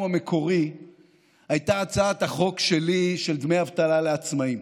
המקורי הייתה הצעת החוק שלי של דמי אבטלה לעצמאים.